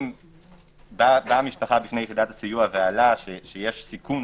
אם באה משפחה בפני יחידת הסיוע, ועלה שיש סיכון